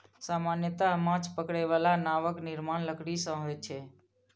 सामान्यतः माछ पकड़ै बला नावक निर्माण लकड़ी सं होइ छै